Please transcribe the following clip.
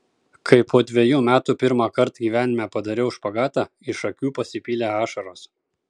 kai po dvejų metų pirmąkart gyvenime padariau špagatą iš akių pasipylė ašaros